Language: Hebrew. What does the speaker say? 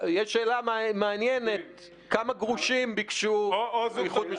יש שאלה מעניינת כמה גרושים ביקשו איחוד משפחות.